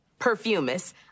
perfumist